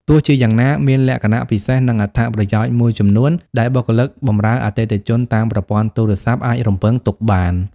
ទោះជាយ៉ាងណា មានលក្ខណៈពិសេស និងអត្ថប្រយោជន៍មួយចំនួនដែលបុគ្គលិកបម្រើអតិថិជនតាមប្រព័ន្ធទូរស័ព្ទ អាចរំពឹងទុកបាន។